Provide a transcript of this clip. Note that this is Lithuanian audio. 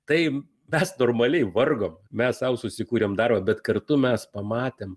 tai mes normaliai vargom mes sau susikūrėm darbo bet kartu mes pamatėm